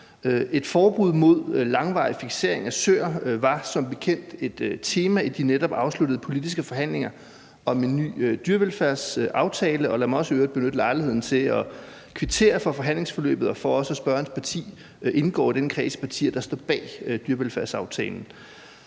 Et forbud mod langvarig fiksering af søer var som bekendt et tema i de netop afsluttede politiske forhandlinger om en ny dyrevelfærdsaftale, og lad mig i øvrigt også benytte lejligheden til at kvittere for forhandlingsforløbet og også for, at spørgerens parti indgår i den kreds af partier, der står bag dyrevelfærdsaftalen.